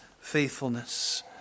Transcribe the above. faithfulness